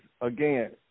again